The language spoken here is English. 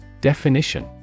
Definition